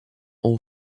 all